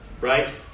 right